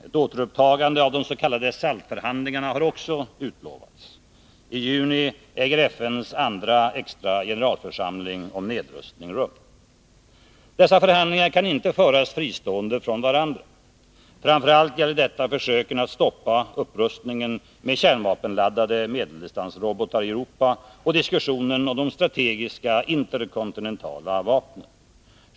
Ett återupptagande av de s.k. SALT-förhandlingarna har också utlovats. I juni äger FN:s andra extra generalförsamling om nedrustning rum. Dessa förhandlingar kan inte föras fristående från varandra. Framför allt gäller detta försöken att stoppa upprustningen med kärnvapenladdade medeldistansrobotar i Europa och diskussionen om de strategiska interkontinentala vapnen.